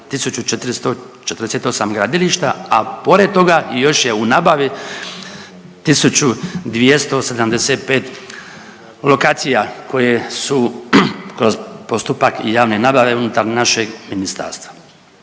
1.448 gradilišta, a pored toga još je u nabavi 1.275 lokacija koje su kroz postupak javne nabave unutar našeg ministarstva.